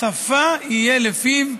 שפה יהיה לפיו,